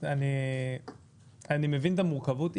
אני מבין את המורכבות.